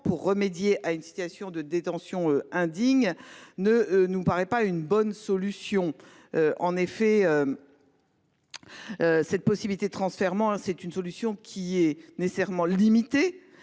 pour remédier à une situation de détention indigne ne nous paraît pas une bonne solution. En effet, cette possibilité de transfèrement est une solution qui est nécessairement limitée,